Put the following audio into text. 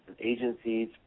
agencies